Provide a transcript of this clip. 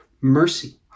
mercy